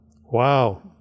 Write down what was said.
Wow